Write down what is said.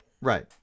Right